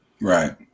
Right